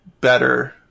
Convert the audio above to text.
better